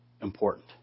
important